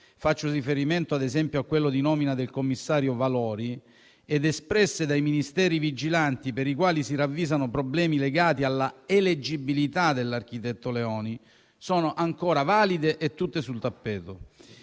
faccio riferimento ad esempio a quello di nomina del commissario Valori - ed espresse dai Ministeri vigilanti per i quali si ravvisano problemi legati alla eleggibilità dell'architetto Leoni, sono ancora valide e tutte sul tappeto.